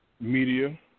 Media